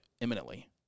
imminently